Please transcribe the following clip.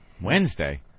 Wednesday